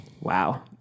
Wow